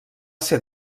ser